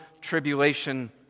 tribulation